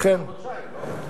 אתה אומר, בתוך חודשיים, לא?